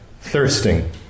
thirsting